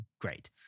great